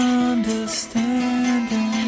understanding